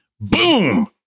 Boom